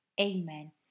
amen